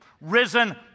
risen